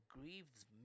grieves